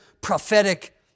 prophetic